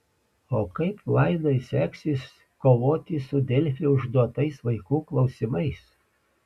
o kaip vaidai seksis kovoti su delfi užduotais vaikų klausimais